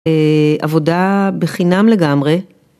עבודה בחינם לגמרי.